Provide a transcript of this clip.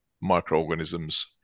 microorganisms